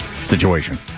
situation